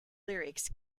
lyrics